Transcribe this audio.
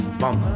bum